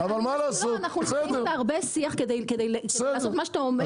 אבל אנחנו נמצאים בהרבה שיח כדי לעשות את מה שאתה אומר,